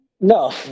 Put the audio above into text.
No